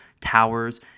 towers